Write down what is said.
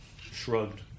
shrugged